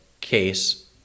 case